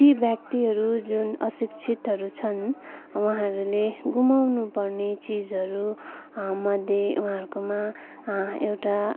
ती व्यक्तिहरू जुन अशिक्षितहरू छन् उहाँले गुमाउनु पर्ने चिजहरू मध्ये उहाँहरूकोमा एउटा